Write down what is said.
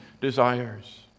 desires